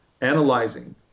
analyzing